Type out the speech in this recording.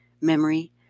memory